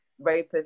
rapists